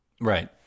Right